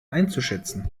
einzuschätzen